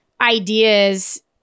ideas